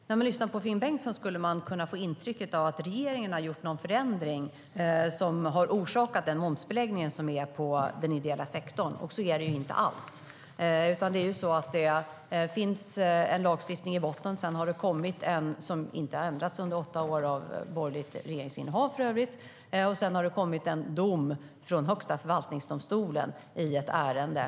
Fru talman! När man lyssnar på Finn Bengtsson skulle man kunna få intrycket av att regeringen har gjort någon förändring som har orsakat momsbeläggningen på den ideella sektorn. Så är det inte alls. Det finns en lagstiftning i botten. Sedan har det kommit en lagstiftning som för övrigt inte ändrats under åtta år av borgerligt regeringsinnehav. Därefter har det kommit en dom från Högsta förvaltningsdomstolen i ett ärende.